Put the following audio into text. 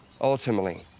ultimately